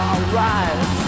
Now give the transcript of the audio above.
Alright